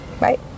Right